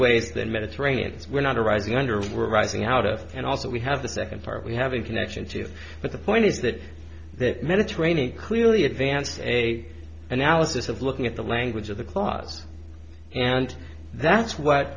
than mediterraneans were not arising under arising out of and also we have the second part we have in connection to but the point is that the mediterranean clearly advanced a analysis of looking at the language of the clause and that's